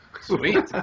Sweet